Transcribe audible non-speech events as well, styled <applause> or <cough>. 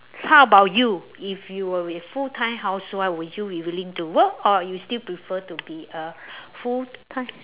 s~ how about you if you were a full time housewife would you be willing to work or you still prefer to be a <breath> full time